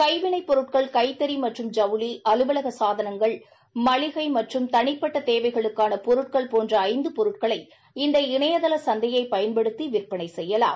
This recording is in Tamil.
கைவினை பொருட்கள் கைத்தறி மற்றும் ஜவுளி அலுவலக சாதனங்கள் மளிகை மற்றும் தனிப்பட்ட தேவைகளுக்கான பொருட்கள் போன்ற ஐந்து பொருட்களை இந்த இணைய தள சந்தையை பயன்படுத்தி விற்பனை செய்யலாம்